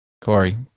Corey